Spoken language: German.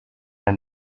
der